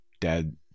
dad